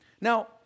Now